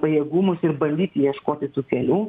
pajėgumus ir bandyti ieškoti tų kelių